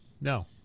No